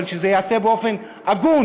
אבל שזה ייעשה באופן הגון,